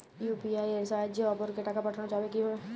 UPI এর সাহায্যে অপরকে টাকা পাঠানো যাবে কিভাবে?